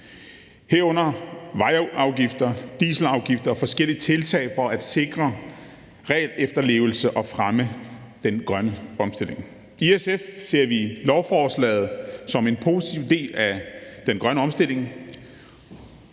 herunder vejafgifter, dieselafgifter og forskellige tiltag for at sikre regelefterlevelse og for at fremme den grønne omstilling. I SF ser vi lovforslaget som en positiv del af den grønne omstilling.